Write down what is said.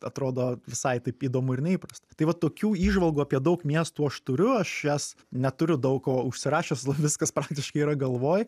atrodo visai taip įdomu ir neįprasta tai vat tokių įžvalgų apie daug miestų aš turiu aš jas neturiu daug ko užsirašęs viskas praktiškai yra galvoj